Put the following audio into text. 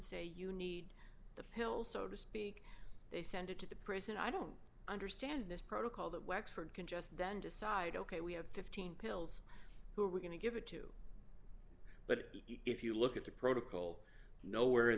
say you need the pill so to speak they send it to the prison i don't understand this protocol that wexford can just then decide ok we have fifteen pills who are we going to give it to but if you look at the protocol no where in